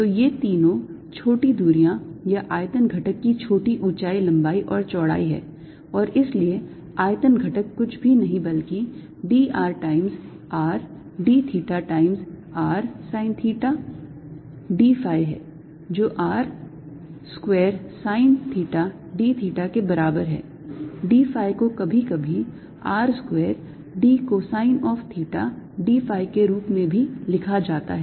तो ये तीनों छोटी दूरियां या आयतन घटक की छोटी ऊंचाई लंबाई और चौड़ाई हैं और इसलिए आयतन घटक कुछ भी नहीं है बल्कि d r times r d theta times r sine theta d phi है जो r square sine theta d theta के बराबर है d phi को कभी कभी r square d cosine of theta d phi के रूप में भी लिखा जाता है